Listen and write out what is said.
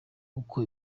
uko